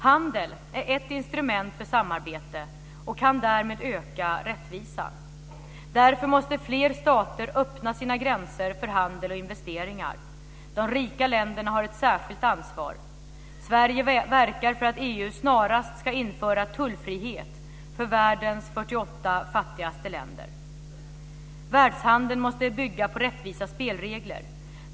Handel är ett instrument för samarbete och kan därmed öka rättvisan. Därför måste fler stater öppna sina gränser för handel och investeringar. De rika länderna har ett särskilt ansvar. Sverige verkar för att EU snarast ska införa tullfrihet för världens 48 fattigaste länder. Världshandeln måste bygga på rättvisa spelregler.